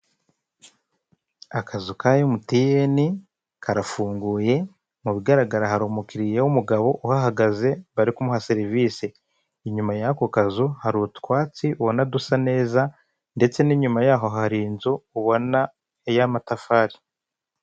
Aha ngaha hari abantu bane bambaye imyenda myiza cyane harimo abagabo babiri bari hagati, ndetse n'abagore babiri bari ku ruhande, bose bafashe ku ibendera ry'u Rwanda bafatishije akaboko k'ibumoso, ndetse bamanitse akaboko k'iburyo bari kurahira imbere yabo bose bafite indangururamajwi kugira ngo ababakurikiye babumve hari kandi n'insakazamashusho iri kugerageza kwereka abatabasha kwegera bano bantu.